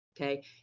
okay